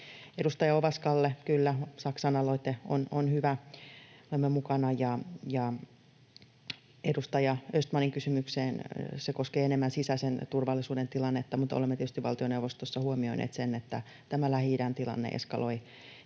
Edustaja Ovaskalle: kyllä, Saksan aloite on hyvä, olemme mukana. Ja edustaja Östmanin kysymykseen: se koskee enemmän sisäisen turvallisuuden tilannetta, mutta olemme tietysti valtioneuvostossa huomioineet sen, että tämä Lähi-idän tilanne eskaloi